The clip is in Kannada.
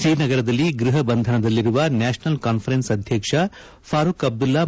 ಶ್ರೀನಗರದಲ್ಲಿ ಗೃಹ ಬಂಧನದಲ್ಲಿರುವ ನ್ಯಾಷನಲ್ ಕಾನ್ವರೆನ್ಸ್ ಅಧ್ಯಕ್ಷ ಫಾರುಕ್ ಅಬ್ದುಲ್ಲಾ